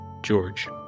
George